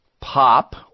Pop